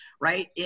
right